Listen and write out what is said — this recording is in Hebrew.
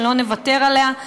שלא נוותר עליה?